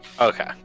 okay